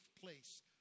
place